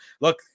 Look